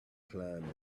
climbed